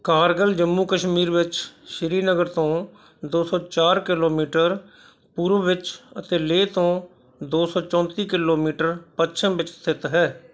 ਕਾਰਗਿਲ ਜੰਮੂ ਕਸ਼ਮੀਰ ਵਿੱਚ ਸ੍ਰੀਨਗਰ ਤੋਂ ਦੋ ਸੌ ਚਾਰ ਕਿਲੋਮੀਟਰ ਪੂਰਬ ਵਿੱਚ ਅਤੇ ਲੇਹ ਤੋਂ ਦੋ ਸੌ ਚੌਤੀ ਕਿਲੋਮੀਟਰ ਪੱਛਮ ਵਿੱਚ ਸਥਿਤ ਹੈ